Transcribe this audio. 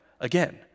Again